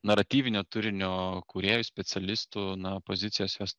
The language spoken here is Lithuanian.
naratyvinio turinio kūrėjų specialistų na pozicijos jos